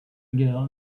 girl